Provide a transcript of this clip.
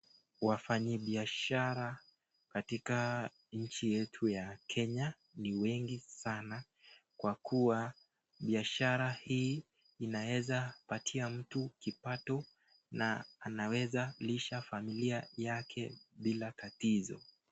Wafanyi biashara katika nchi yetu ya Kenya ni wengi sana kwa kua biashara hii inaweza patia mtu kipato na anaweza lisha familia yake bila tatizo.